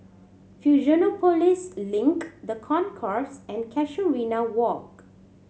Fusionopolis Link The Concourse and Casuarina Walk